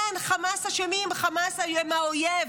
כן, חמאס אשמים, חמאס הם האויב.